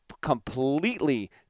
completely